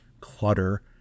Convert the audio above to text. clutter